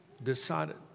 Decided